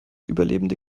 überlebende